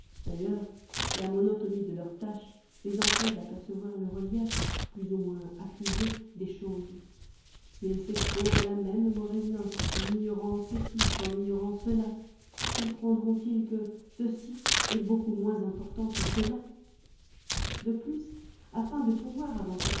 d'ailleurs la monotonie de leurs tâches les empêche d'apercevoir le relief plus ou moins accusé des choses s'ils s'exposent à la même mauvaise note en ignorant ceci qu'en ignorant cela comprendront ils que ceci est beaucoup moins important que cela de plus afin de pouvoir avancer